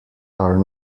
are